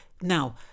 Now